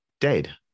dead